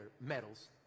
medals